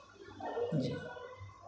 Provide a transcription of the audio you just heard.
جی